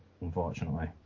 unfortunately